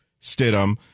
Stidham